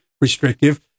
restrictive